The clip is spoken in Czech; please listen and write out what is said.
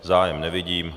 Zájem nevidím.